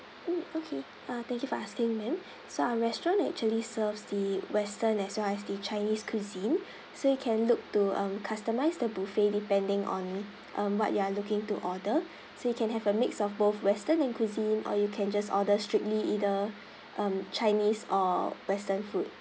mm okay uh thank you for asking ma'am so our restaurant actually serves the western as well as the chinese cuisine so you can look to um customise the buffet depending on um what you are looking to order so you can have a mix of both western and cuisine or you can just order strictly either um chinese or western food